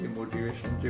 motivation